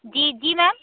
जी जी मैम